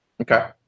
Okay